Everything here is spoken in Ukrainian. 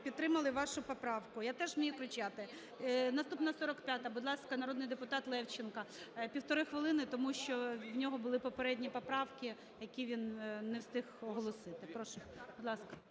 підтримали вашу поправку. Я теж вмію кричати. Наступна – 45-а. Будь ласка, народний депутат Левченко, півтори хвилини, тому що в нього були попередні поправки, які він не встиг оголосити. Прошу, будь ласка.